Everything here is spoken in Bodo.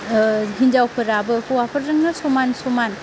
हिनजावफोराबो हौवाफोरजोंनो समान समान